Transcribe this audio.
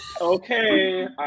okay